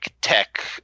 tech